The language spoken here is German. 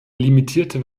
limitierte